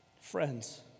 Friends